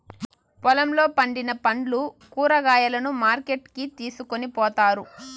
పొలంలో పండిన పండ్లు, కూరగాయలను మార్కెట్ కి తీసుకొని పోతారు